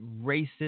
racist